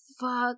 fuck